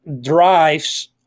drives